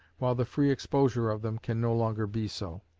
while the free exposure of them can no longer be so.